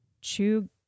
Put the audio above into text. chew